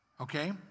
okay